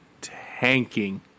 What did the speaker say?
tanking